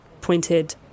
pointed